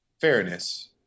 fairness